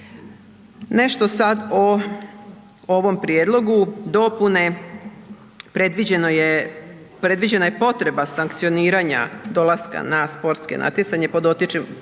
Nešto sad o ovom prijedlogu dopune, predviđeno je, predviđena je potreba sankcioniranja dolaska na sportske natjecanje pod očitim